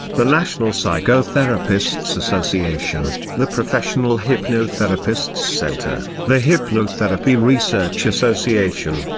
the national psychotherapists association, the professional hypnotherapists center, the hypnotherapy research association,